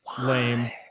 lame